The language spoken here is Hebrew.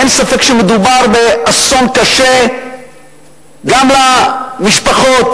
אין ספק שמדובר באסון קשה גם למשפחות.